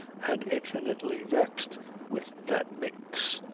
and infinitely vexed with that minx.